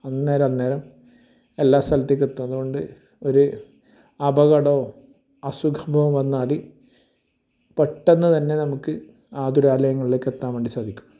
അന്നേരം അന്നേരം എല്ലാ സ്ഥലത്തേക്കും എത്തും അതു കൊണ്ട് ഒരു അപകടമോ അസുഖമോ വന്നാൽ പെട്ടെന്ന് തന്നെ നമുക്ക് ആതുരാലയങ്ങളിലേക്ക് എത്താൻ വേണ്ടി സാധിക്കും